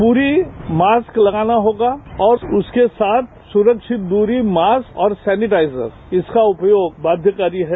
प्ररी मास्क लगाना होगा और उसके साथ सुरक्षित दूरी मास्क और सैनिटाइजर इसका उपयोग बाध्यकारी है